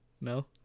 No